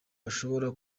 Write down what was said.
bishobora